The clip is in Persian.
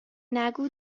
نگو